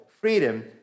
freedom